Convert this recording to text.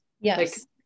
Yes